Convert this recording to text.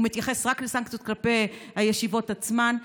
הוא מתייחס רק לסנקציות כלפי הישיבות עצמן,